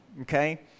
okay